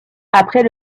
après